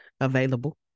available